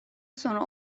sonra